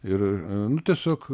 ir nu tiesiog